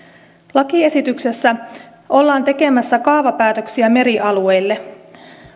lakiesityksessä ollaan tekemässä kaavapäätöksiä merialueille